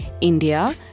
India